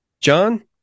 John